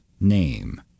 name